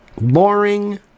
boring